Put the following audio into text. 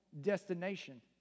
destination